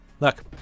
Look